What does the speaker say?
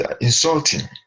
insulting